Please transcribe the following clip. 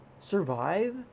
survive